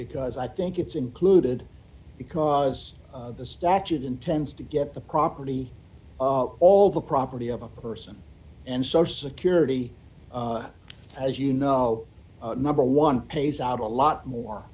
because i think it's included because of the statute in terms to get the properly of all the property of a person and social security as you know number one pays out a lot more